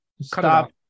Stop